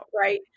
Right